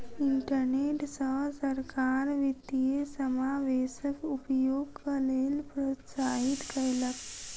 internet सॅ सरकार वित्तीय समावेशक उपयोगक लेल प्रोत्साहित कयलक